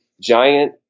giant